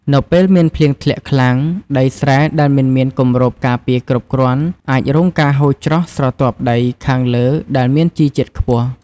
នៅពេលមានភ្លៀងធ្លាក់ខ្លាំង ដីស្រែដែលមិនមានគម្របការពារគ្រប់គ្រាន់ អាចរងការហូរច្រោះស្រទាប់ដីខាងលើដែលមានជីជាតិខ្ពស់។